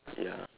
ya